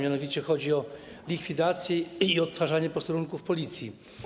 Mianowicie chodzi o likwidację i odtwarzanie posterunków Policji.